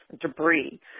debris